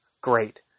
great